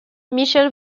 michel